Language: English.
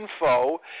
info